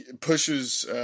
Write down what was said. pushes